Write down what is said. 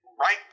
right